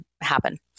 happen